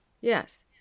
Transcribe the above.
Yes